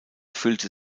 fühlte